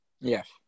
Yes